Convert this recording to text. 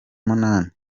munani